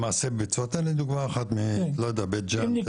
תן לי דוגמה אחת למשל בבית ג'אן.